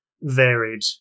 varied